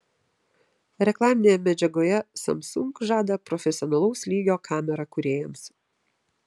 reklaminėje medžiagoje samsung žada profesionalaus lygio kamerą kūrėjams